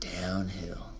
Downhill